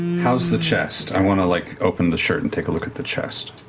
how's the chest? i want to like open the shirt and take a look at the chest.